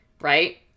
right